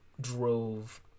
drove